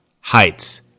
Heights